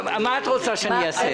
מה את רוצה שאני אעשה?